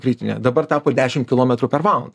kritinė dabar tapo dešim kilometrų per valandą